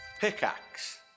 Pickaxe